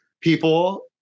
people